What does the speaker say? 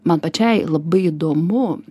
man pačiai labai įdomu